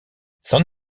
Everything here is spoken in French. c’en